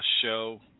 show